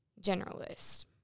generalist